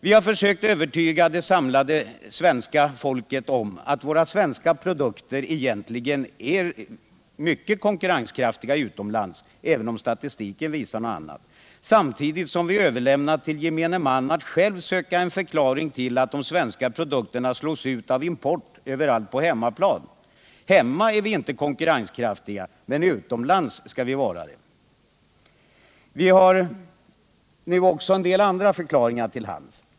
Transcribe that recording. Vi har försökt att övertyga det samlade svenska folket om att våra svenska produkter egentligen är mycket konkurrenskraftiga utomlands, även om statistiken visar något annat, samtidigt som vi överlämnat till gemene man att själv söka en förklaring till att de svenska produkterna slås ut av import överallt på hemmaplan. Hemma är vi inte konkurrenskraftiga men utomlands skulle vi vara det. Vi har nu också en del andra förklaringar till hands.